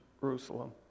Jerusalem